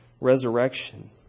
resurrection